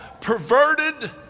perverted